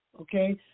okay